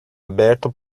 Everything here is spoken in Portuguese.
aberto